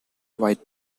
white